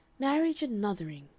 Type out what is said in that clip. marriage and mothering,